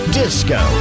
disco